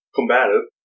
Combative